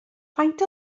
faint